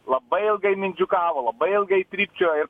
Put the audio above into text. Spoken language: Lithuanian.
labai ilgai mindžiukavo labai ilgai trypčiojo ir